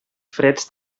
freds